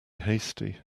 hasty